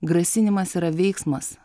grasinimas yra veiksmas